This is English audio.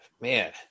man